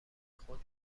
خود